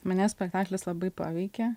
mane spektaklis labai paveikė